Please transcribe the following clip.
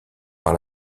par